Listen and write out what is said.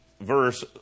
verse